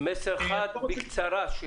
מסר חד ובקצרה.